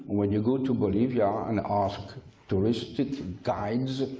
when you go to bolivia and ask touristics guides,